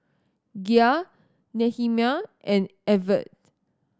Gia Nehemiah and Evette